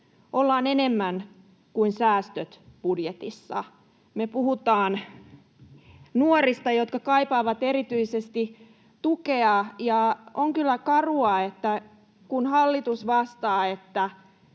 Ollaan enemmän kuin säästöt budjetissa.” Me puhutaan nuorista, jotka kaipaavat erityisesti tukea, ja on kyllä karua, kun hallitus vastaa,